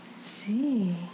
See